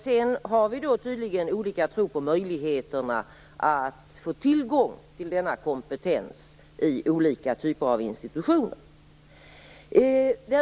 Sedan har vi tydligen olika tro på möjligheterna att få tillgång till denna kompetens i olika typer av institutioner.